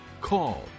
call